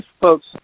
folks